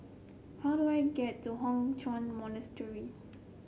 how do I get to Hock Chuan Monastery